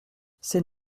c’est